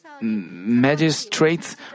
magistrates